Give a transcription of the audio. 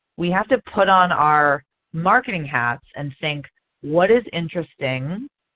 we have to put on our marketing hats and think what is interesting?